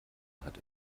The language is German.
hat